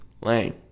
lame